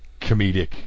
comedic